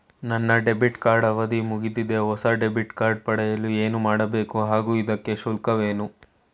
ನನ್ನ debit card ಅವಧಿ ಮುಗಿದಿದೆ ಹೊಸ ಡೆಬಿಟ್ ಕಾರ್ಡ್ ಪಡೆಯಲು ಏನು ಮಾಡಬೇಕು ಹಾಗೂ ಇದಕ್ಕೆ ಶುಲ್ಕವೇನು?